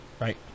Right